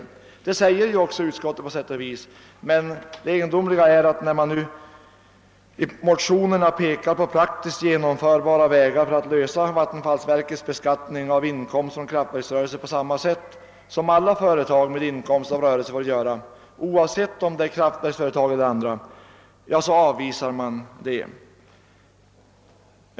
Utsköttet säger ju också på sätt och vis detta, men det egendomliga är att när det nu i motionerna pekas på praktiskt genomförbara förslag att lösa vattenfallsverkets beskattning av inkomst av kraftverksrörelse, nämligen på samma sätt som gäller för alla andra företag med inkomst av rörelse, oavsett om det är kraftverksföretag eller andra företag, avvisas förslagen.